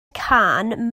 cân